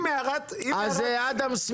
אז אדם סמית,